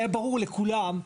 היה ברור לכולם,